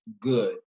good